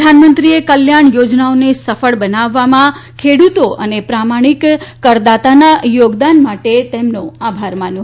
પ્રધાનમંત્રીએ કલ્યાણ યોજનાઓને સફળ બનાવવામાં ખેડૂતો અને પ્રામાણિક કરદાતાના યોગદાન માટે તેમનો આભાર માન્યો